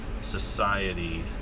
society